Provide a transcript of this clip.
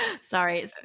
sorry